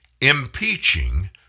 impeaching